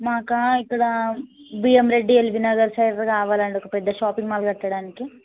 మాకా ఇక్కడ BM Reddy LV Nagar side రావాలి అండి ఒక పెద్ద షాపింగ్ మాల్ కట్టడానికి